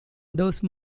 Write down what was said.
those